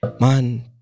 man